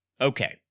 Okay